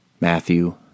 Matthew